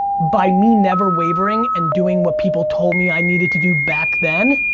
by me never wavering and doing what people told me i needed to do back then,